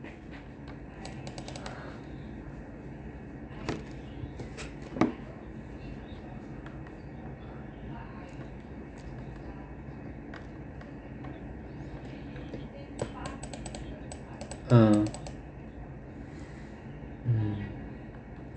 mm mm